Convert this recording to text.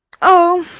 oh,